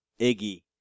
Iggy